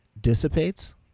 dissipates